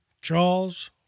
Charles